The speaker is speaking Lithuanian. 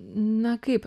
na kaip